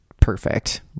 perfect